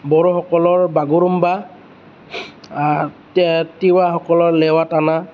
বড়োসকলৰ বাগোৰুম্বা তিৱাসকলৰ লেৱাটানা